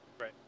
Right